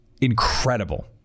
incredible